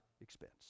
expense